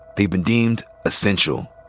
they've been deemed essential.